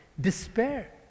Despair